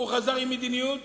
והוא חזר עם מדיניות